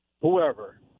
whoever